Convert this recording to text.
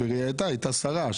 ובראייתה היא הייתה שרה,